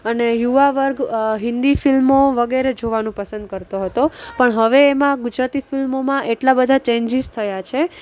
અને યુવા વર્ગ હિન્દી ફિલ્મો વગેરે જોવાનું પસંદ કરતો હતો પણ હવે એમાં ગુજરાતી ફિલ્મોમાં એટલા બધા ચેન્જીસ થયા છે